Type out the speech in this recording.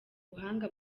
ubuhanga